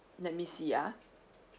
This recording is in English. let me see ah